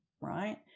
right